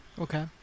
Okay